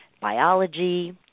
biology